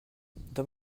dans